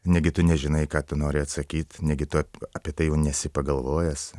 negi tu nežinai ką tu nori atsakyt negi tu apie tai jau nesi pagalvojęs